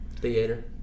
theater